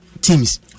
teams